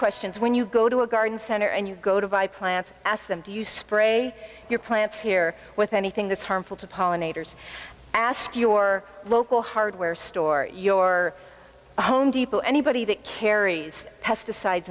questions when you go to a garden center and you go to buy plants ask them do you spray your plants here with anything that's harmful to pollinators ask your local hardware store your home depot anybody that carries pesticides